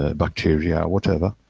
ah bacteria or whatever,